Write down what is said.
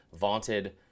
vaunted